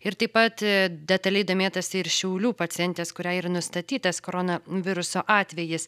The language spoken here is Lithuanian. ir taip pat detaliai domėtasi ir šiaulių pacientės kuriai yra nustatytas koronaviruso atvejis